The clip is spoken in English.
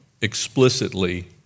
explicitly